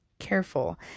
careful